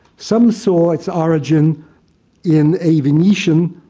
some saw its origin in a venetian,